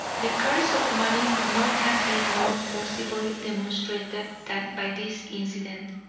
the curse of money could not have been more forcibly demonstrated than by this incident.